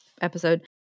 episode